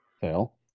Fail